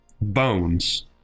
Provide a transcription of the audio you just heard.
bones